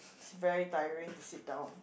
it's very tiring to sit down